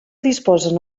disposen